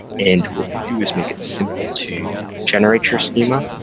and what we do is make it simple to generate your schema,